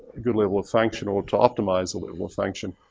a good level of functional, to optimize a level of function.